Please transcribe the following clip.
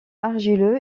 argileux